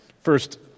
First